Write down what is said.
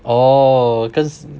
orh cause